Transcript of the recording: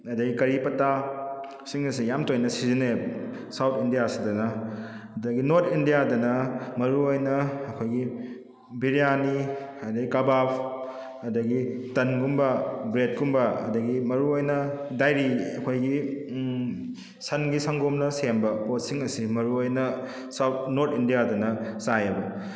ꯑꯗꯩ ꯀꯔꯤ ꯄꯇꯥꯁꯤꯡ ꯑꯁꯤ ꯌꯥꯝ ꯇꯣꯏꯅ ꯁꯤꯖꯤꯟꯅꯩꯌꯦꯕ ꯁꯥꯎꯠ ꯏꯟꯗꯤꯌꯥꯁꯤꯗꯅ ꯑꯗꯒꯤ ꯅꯣꯔꯠ ꯏꯟꯗꯤꯌꯥꯗꯅ ꯃꯔꯨꯑꯣꯏꯅ ꯑꯩꯈꯣꯏꯒꯤ ꯕꯤꯔꯌꯥꯅꯤ ꯑꯗꯩ ꯀꯕꯥꯞ ꯑꯗꯒꯤ ꯇꯟꯒꯨꯝꯕ ꯕ꯭ꯔꯦꯗꯀꯨꯝꯕ ꯑꯗꯒꯤ ꯃꯔꯨꯑꯣꯏꯅ ꯗꯥꯏꯔꯤ ꯑꯩꯈꯣꯏꯒꯤ ꯁꯟꯒꯤ ꯁꯪꯒꯣꯝꯅ ꯁꯦꯝꯕ ꯄꯣꯠꯁꯤꯡ ꯑꯁꯤ ꯃꯔꯨꯑꯣꯏꯅ ꯁꯥꯎꯠ ꯅꯣꯔꯠ ꯏꯟꯗꯤꯌꯥꯗꯅ ꯆꯥꯏꯌꯦꯕ